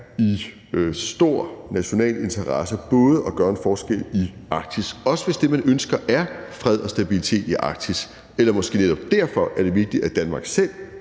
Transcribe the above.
i stor national interesse både at gøre en forskel i Arktis, også hvis det, man ønsker, er fred og stabilitet i Arktis, eller måske netop derfor er det vigtigt, at Danmark selv